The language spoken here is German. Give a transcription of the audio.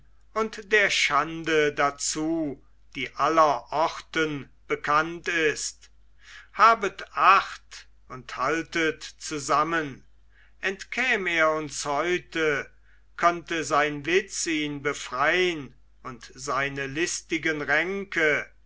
und der schande dazu die allerorten bekannt ist habet acht und haltet zusammen entkäm er uns heute könnte sein witz ihn befrein und seine listigen ränke